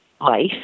life